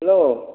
hello